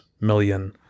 million